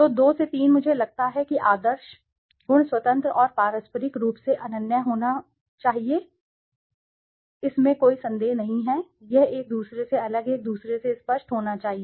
तो 2 से 3 मुझे लगता है कि आदर्श गुण स्वतंत्र और पारस्परिक रूप से अनन्य होना चाहिए इसमें कोई संदेह नहीं है यह एक दूसरे से अलग एक दूसरे से स्पष्ट होना चाहिए